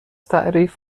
تعریف